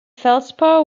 feldspar